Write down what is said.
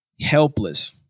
Helpless